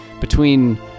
between-